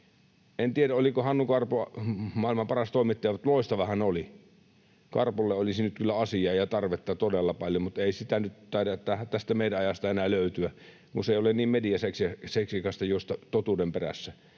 En tiedä, oliko Hannu Karpo maailman paras toimittaja, mutta loistava hän oli. Karpolle olisi nyt kyllä asiaa ja tarvetta todella paljon, mutta ei sitä nyt taida tästä meidän ajastamme enää löytyä, kun se ei ole niin mediaseksikästä juosta totuuden perässä.